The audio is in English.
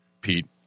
Pete